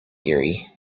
erie